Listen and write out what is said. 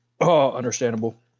understandable